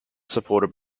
supported